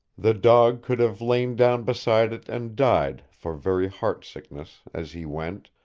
the dog could have lain down beside it and died for very heart-sickness as he went,